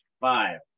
five